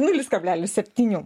nulis kablelis septynių